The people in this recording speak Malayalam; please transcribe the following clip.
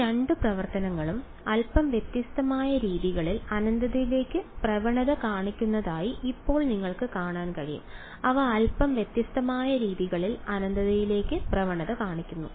ഈ രണ്ട് പ്രവർത്തനങ്ങളും അല്പം വ്യത്യസ്തമായ രീതികളിൽ അനന്തതയിലേക്ക് പ്രവണത കാണിക്കുന്നതായി ഇപ്പോൾ നിങ്ങൾക്ക് കാണാൻ കഴിയും അവ അല്പം വ്യത്യസ്തമായ രീതികളിൽ അനന്തതയിലേക്ക് പ്രവണത കാണിക്കുന്നു